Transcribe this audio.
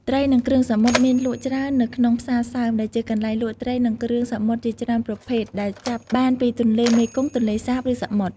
ត្រី និងគ្រឿងសមុទ្រ មានលក់ច្រើននៅក្នុង "ផ្សារសើម" ដែលជាកន្លែងលក់ត្រី និងគ្រឿងសមុទ្រជាច្រើនប្រភេទ ដែលចាប់បានពីទន្លេមេគង្គ ទន្លេសាប ឬសមុទ្រ។